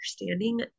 understanding